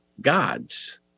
gods